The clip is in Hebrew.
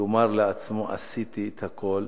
יאמר לעצמו: עשיתי את הכול,